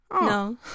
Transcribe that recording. No